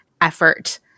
effort